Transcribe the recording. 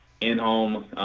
in-home